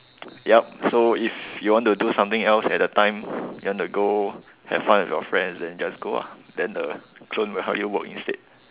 yup so if you want to do something else at the time you want to go have fun with your friends then just go then the clone will help you work instead